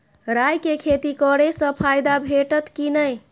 राय के खेती करे स फायदा भेटत की नै?